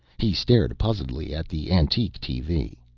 he stared puzzledly at the antique tv.